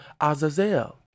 Azazel